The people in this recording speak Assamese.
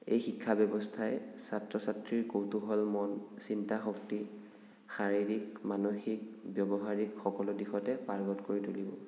এই শিক্ষা ব্যৱস্থাই ছাত্ৰ ছাত্ৰীৰ কৌতুহল মন চিন্তা শক্তি শাৰীৰিক মানসিক ব্যৱহাৰিক সকলো দিশতে পাৰ্গত কৰি তুলিব